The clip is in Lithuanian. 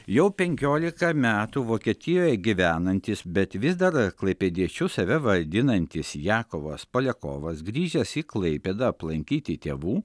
jau penkiolika metų vokietijoje gyvenantis bet vis dar klaipėdiečiu save vadinantis jakovas poliakovas grįžęs į klaipėdą aplankyti tėvų